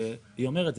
והיא אומרת,